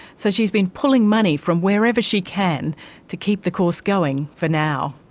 so she's been pulling money from wherever she can to keep the course going, for now.